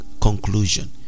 conclusion